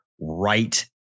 right